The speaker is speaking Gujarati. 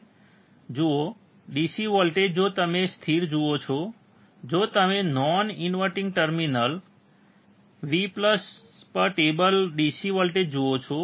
તમે જુઓ DC વોલ્ટેજ જો તમે સ્થિર જુઓ છો જો તમે નોન ઇન્વર્ટીંગ ટર્મિનલ V પર ટેબલ DC વોલ્ટેજ જુઓ છો